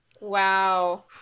Wow